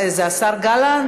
זה השר גלנט?